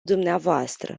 dvs